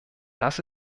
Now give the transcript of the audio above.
das